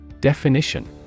Definition